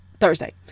Thursday